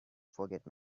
forget